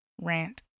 rant